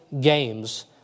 games